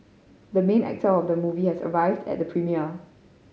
the mean actor of the movie has arrived at the premiere